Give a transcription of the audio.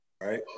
Right